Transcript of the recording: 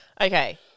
Okay